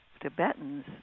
Tibetans